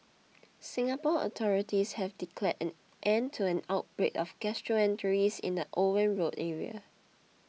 Singapore authorities have declared an end to an outbreak of gastroenteritis in the Owen Road area